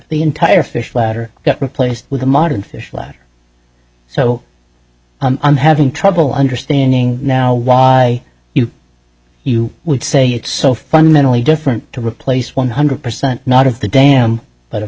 the entire fish ladder got replaced with a modern fish ladder so i'm having trouble understanding now why you you would say it's so fundamentally different to replace one hundred percent not of the dam but